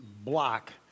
block